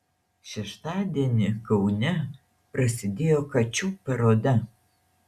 šeštadienį kaune prasidėjo kačių paroda